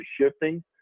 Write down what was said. shifting